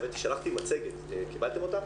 שלחתי מצגת, האם קיבלתם אותה?